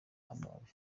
amababi